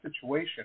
situation